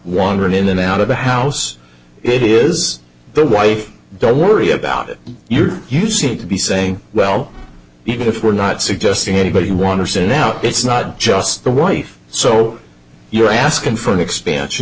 wandering in and out of the house it is the wife don't worry about it you're you seem to be saying well even if we're not suggesting anybody want to say now it's not just the wife so you're asking for an expansion